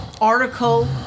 article